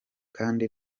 kandi